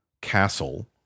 castle